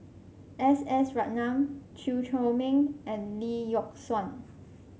S S Ratnam Chew Chor Meng and Lee Yock Suan